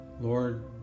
Lord